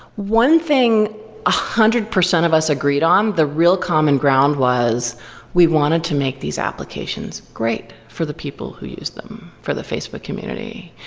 one thing a one hundred percent of us agreed on, the real common ground was we wanted to make these applications great for the people who use them, for the facebook community.